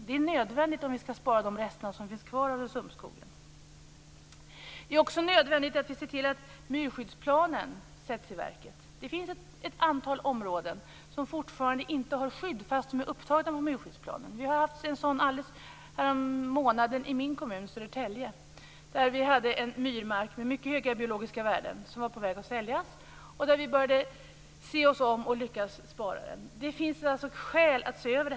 Detta är nödvändigt om vi skall spara de rester som finns av sumpskogen. Det är också nödvändigt att se till att myrskyddsplanen sätts i verket. Det finns ju fortfarande ett antal områden som fortfarande inte har skydd fastän de finns upptagna i myrskyddsplanen. I min kommun, Södertälje, hade vi härommånaden ett sådant fall. Det gällde en myrmark med mycket höga biologiska värden som man var på väg att sälja. Vi började då se oss om efter andra möjligheter och lyckades spara den här marken. Det finns alltså skäl att göra en översyn.